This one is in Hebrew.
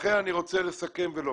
לכן אני רוצה לסכם ולומר.